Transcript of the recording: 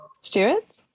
Stuart